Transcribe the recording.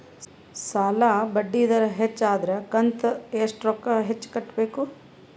ಸಾಲಾ ಬಡ್ಡಿ ದರ ಹೆಚ್ಚ ಆದ್ರ ಕಂತ ಎಷ್ಟ ರೊಕ್ಕ ಹೆಚ್ಚ ಕಟ್ಟಬೇಕು?